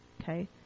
Okay